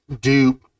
dupe